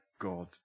God